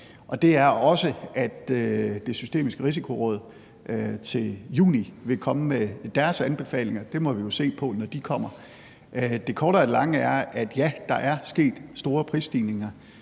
det er også, at Det Systemiske Risikoråd til juni vil komme med deres anbefalinger. Det må vi jo se på, når de kommer. Det korte af det lange er, at, ja, der er sket store prisstigninger.